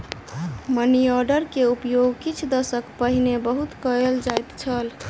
money order के उपयोग किछ दशक पहिने बहुत कयल जाइत छल